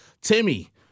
Timmy